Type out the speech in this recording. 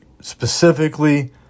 Specifically